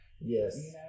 Yes